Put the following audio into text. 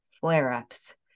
flare-ups